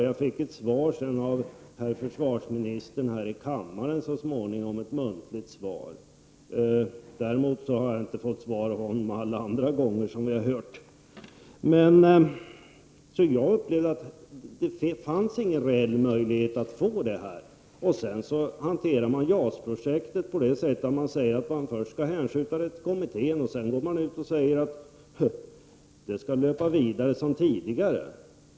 Jag fick så småningom ett muntligt svar här i kammaren från herr försvarministern. Däremot har jag inte fått svar av honom alla andra gånger, som ni har hört. Jag upplevde att det inte fanns någon reell möjlighet att få det här. JAS-projektet hanteras så att man först säger att det skall hänskjutas till kommittén, och sedan går man ut och säger att det skall löpa vidare som tidigare.